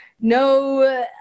no